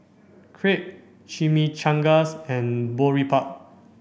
Crepe Chimichangas and Boribap